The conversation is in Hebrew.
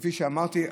כפי שאמרתי,